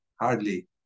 hardly